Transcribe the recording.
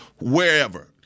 wherever –